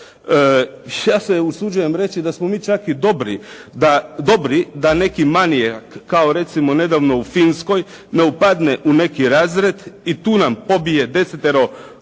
Ja se usuđujem reći da smo mi čak i dobri, da dobri da neki manijak, kao recimo nedavno u Finskoj, ne upadne u neki razred i tu nam pobije desetero učenika